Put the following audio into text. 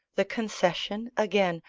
the concession, again,